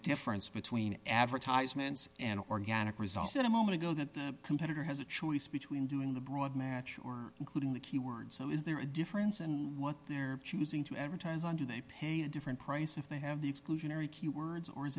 difference between advertisements and organic results in a moment ago that the competitor has a choice between doing the broad match or including the keywords so is there a difference in what they're choosing to advertise on do they pay a different price if they have the exclusionary keywords or is